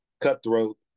cutthroat